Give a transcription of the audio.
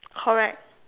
correct